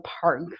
park